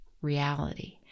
reality